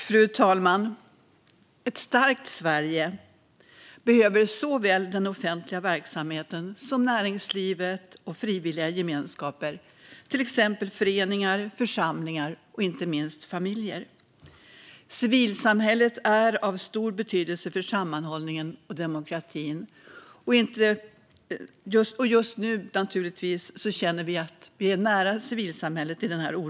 Fru talman! Ett starkt Sverige behöver såväl den offentliga verksamheten som näringslivet och frivilliga gemenskaper, till exempel föreningar, församlingar och inte minst familjer. Civilsamhället är av stor betydelse för sammanhållningen och demokratin. Just nu, i den oroliga tid vi genomlider, känner vi naturligtvis att vi är nära civilsamhället.